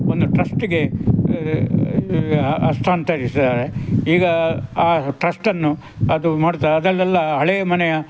ಒಂದು ಟ್ರಸ್ಟಿಗೆ ಹಸ್ತಾಂತರಿಸಿದ್ದಾರೆ ಈಗ ಆ ಟ್ರಸ್ಟನ್ನು ಅದು ಮಾಡ್ತಾ ಅದರಲ್ಲೆಲ್ಲ ಹಳೆಯ ಮನೆಯ